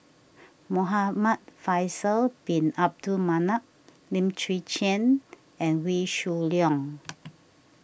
Muhamad Faisal Bin Abdul Manap Lim Chwee Chian and Wee Shoo Leong